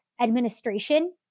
administration